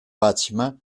bâtiment